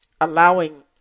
allowing